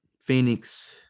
Phoenix